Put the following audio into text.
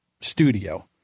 studio